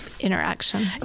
Interaction